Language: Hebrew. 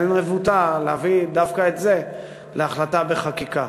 ואין רבותא להביא דווקא את זה להחלטה בחקיקה.